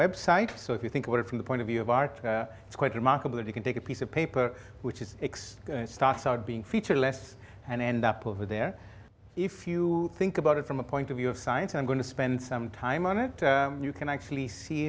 website so if you think about it from the point of view of art it's quite remarkable you can take a piece of paper which is x starts out being featured less and end up over there if you think about it from a point of view of science i'm going to spend some time on it you can actually see